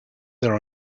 there